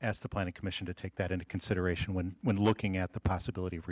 as the planning commission to take that into consideration when looking at the possibility of